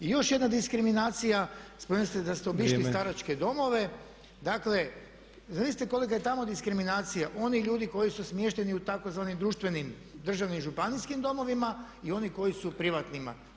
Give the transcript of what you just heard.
I još jedna diskriminacija, spomenuli ste da ste obišli staračke domove, dakle zamislite kolika je tamo diskriminacija onih ljudi koji su smješteni u tzv. društvenim, državnim, županijskim domovima i onih koji su u privatnima.